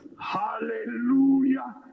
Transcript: hallelujah